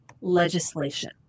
legislation